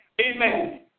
Amen